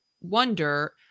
wonder